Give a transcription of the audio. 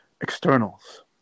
externals